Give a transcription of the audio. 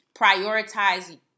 prioritize